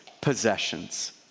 possessions